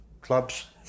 clubs